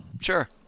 Sure